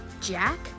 Jack